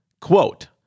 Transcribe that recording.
Quote